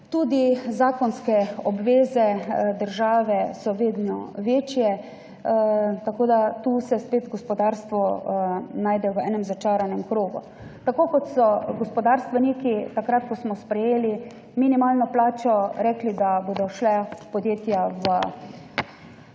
tudi zakonske obveze države so vedno večje. Tu se spet gospodarstvo najde v enem začaranem krogu. Tako kot so gospodarstveniki takrat, ko smo sprejeli minimalno plačo, rekli, da bodo šla podjetja v stečaj